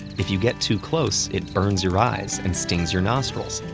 if you get too close, it burns your eyes and stings your nostrils.